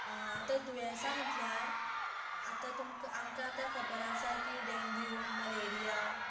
आतां दुयेंसां म्हणल्यार आतां तुमकां आमकां आतां खबर आसा की डेंग्यू मलेरिया